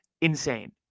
insane